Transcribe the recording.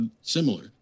similar